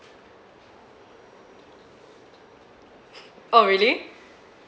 oh really